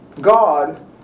God